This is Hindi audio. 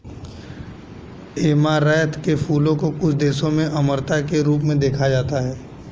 ऐमारैंथ के फूलों को कुछ देशों में अमरता के रूप में देखा जाता है